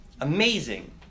Amazing